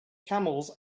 camels